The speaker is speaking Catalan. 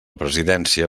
presidència